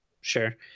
Sure